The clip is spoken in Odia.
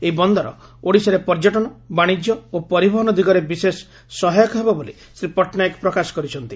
ଏହି ବନ୍ଦର ଓଡ଼ିଶାରେ ପର୍ଯ୍ୟଟନ ବାଶିଜ୍ୟ ଓ ପରିବହନ ଦିଗରେ ବିଶେଷ ସହାୟକ ହେବ ବୋଲି ଶ୍ରୀ ପଟ୍ଟନାୟକ ପ୍ରକାଶ କରିଛନ୍ତି